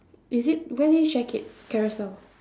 is it where do you check it carousell ah